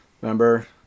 Remember